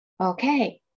Okay